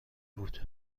بود